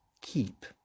keep